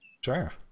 Sure